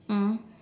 mm